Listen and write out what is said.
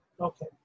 Okay